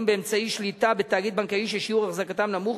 באמצעי שליטה בתאגיד בנקאי ששיעור החזקתם נמוך,